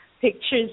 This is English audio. pictures